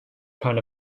kind